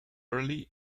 early